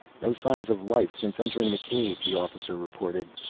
no signs of life since entering the cave, the officer reported.